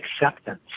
acceptance